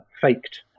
faked